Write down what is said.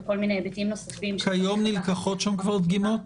וכל מיני היבטים נוספים שלא כל כך --- כיום נלקחות שם כבר דגימות?